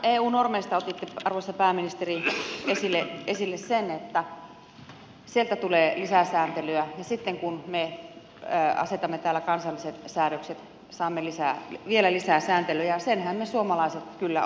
eu normeista otitte arvoisa pääministeri esille sen että sieltä tulee lisäsääntelyä ja sitten kun me asetamme täällä kansalliset säädökset saamme vielä lisää sääntelyjä ja senhän me suomalaiset kyllä osaamme